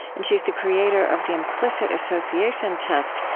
and she's the creator of the implicit association test,